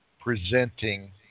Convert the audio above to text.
presenting